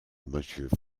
monsieur